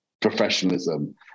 professionalism